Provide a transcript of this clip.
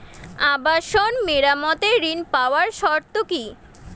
আবাসন মেরামতের ঋণ পাওয়ার শর্ত কি?